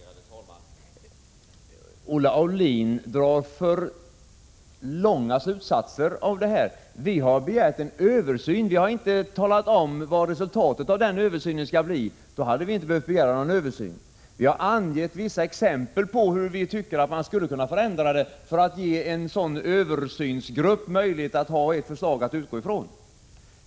Herr talman! Olle Aulin drar för långtgående slutsatser. Vi har begärt en översyn. Vi har inte talat om vad resultatet av denna skall bli — då hade vi ju inte behövt begära någon översyn. Vi har angett vissa exempel på hur man skall kunna förändra systemet för att ge en sådan översynsgrupp ett förslag att utgå ifrån.